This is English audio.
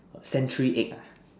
century eggs